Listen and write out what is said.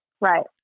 Right